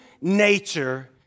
nature